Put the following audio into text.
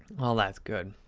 oh, that's good.